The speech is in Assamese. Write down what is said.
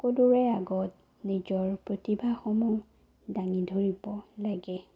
সকলোৰে আগত নিজৰ প্ৰতিভাসমূহ দাঙি ধৰিব লাগে